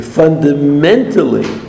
fundamentally